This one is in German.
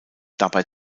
dabei